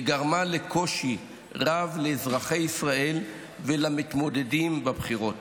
וגרמה לקושי רב לאזרחי ישראל ולמתמודדים בבחירות.